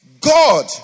God